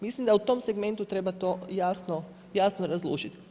Mislim da u tom segmentu treba to jasno razlučiti.